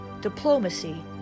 diplomacy